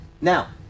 now